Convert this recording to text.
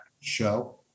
show